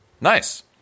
Nice